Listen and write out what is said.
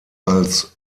als